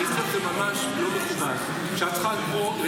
אני חושב שזה ממש לא מכובד שאת צריכה לקרוא.